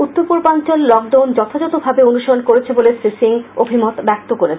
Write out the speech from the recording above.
উত্তর পূর্বাঞ্চল লকডাউন যথাযথভাবে অনুসরন করেছে বলে শ্রী সিং অভিমত ব্যক্ত করেছেন